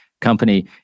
company